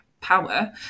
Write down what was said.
power